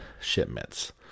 shipments